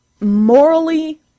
morally